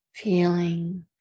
feeling